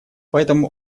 поэтому